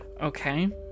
Okay